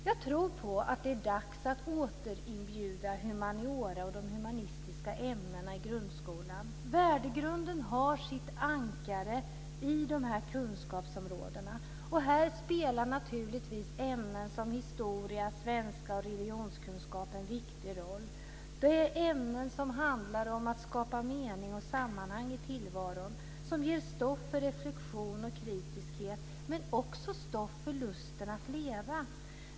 Jag tror på att det är dags att återinbjuda humaniora och de humanistiska ämnena i grundskolan. Värdegrunden har sitt ankare i dessa kunskapsområden. Här spelar naturligtvis ämnen som historia, svenska och religionskunskap en viktig roll. Det är ämnen som handlar om att skapa mening och sammanhang i tillvaron som ger stoff för reflexion och kritiskt tänkande, men också stoff för lusten att leva.